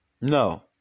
No